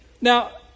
Now